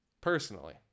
Personally